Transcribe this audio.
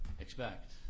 expect